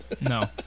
No